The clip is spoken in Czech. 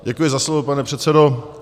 Děkuji za slovo, pane předsedo.